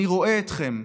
אני רואה אתכם.